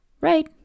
right